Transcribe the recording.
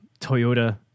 Toyota